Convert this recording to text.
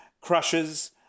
crushes